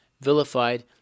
vilified